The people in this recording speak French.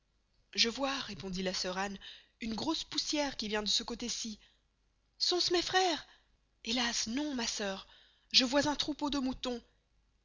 je vois répondit la sœur anne une grosse poussiere qui vient de ce costé cy sont-ce mes freres hélas non ma sœur c'est un troupeau de moutons